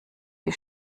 die